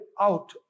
out